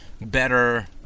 better